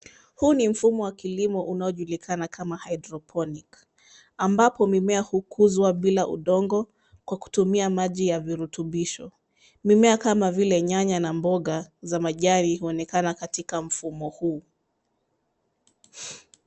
Huu ni mfumo wa kilimo unaojulikana kama hidroponik , ambapo mimea hukuzwa bila udongo kwa kutumia maji ya virutubisho. Mimea kama vile nyanya na mboga za majani huonekana katika mfumo huu.